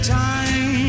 time